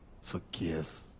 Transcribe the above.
Forgive